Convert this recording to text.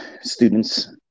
students